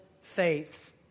faith